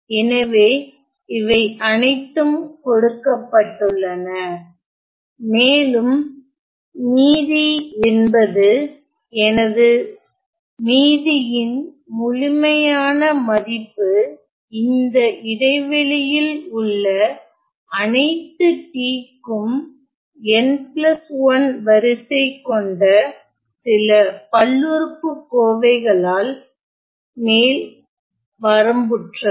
எனவே இவை அனைத்தும் கொடுக்கப்பட்டுள்ளன மேலும் மீதி என்பது எனது மீதியின் முழுமையான மதிப்பு இந்த இடைவெளியில் உள்ள அனைத்து T க்கும் n 1 வரிசை கொண்ட சில பல்லுறுப்புக்கோவைகளால் மேல் வரம்புற்றது